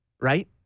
right